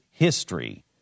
history